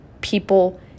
people